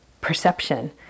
perception